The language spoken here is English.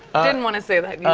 i didn't want to say that.